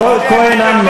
חבר הכנסת חסון?